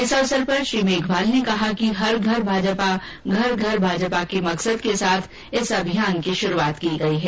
इस अवसर पर श्री मेघवाल ने कहा कि हर घर भाजपा घर घर भाजपा के मकसद के साथ इस अभियान की शुरूआत की गई है